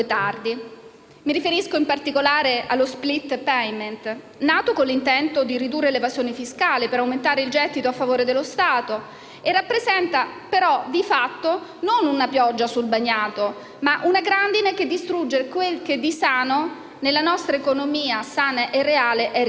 Mi riferisco in particolare allo *split payment*, nato con l'intento di ridurre l'evasione fiscale, per aumentare il gettito a favore dello Stato, che rappresenta però, di fatto, non una pioggia sul bagnato, ma una grandine che distrugge ciò che di sano nella nostra economia reale è rimasto.